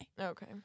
Okay